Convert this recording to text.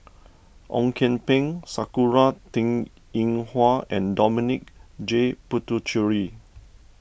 Ong Kian Peng Sakura Teng Ying Hua and Dominic J Puthucheary